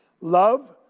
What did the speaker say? love